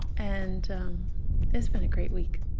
and it's been a great week